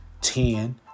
ten